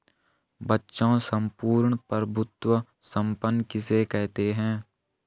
बच्चों सम्पूर्ण प्रभुत्व संपन्न किसे कहते हैं?